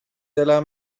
ﺩﻟﻢ